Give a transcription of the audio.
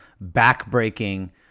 back-breaking